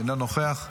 אינו נוכח,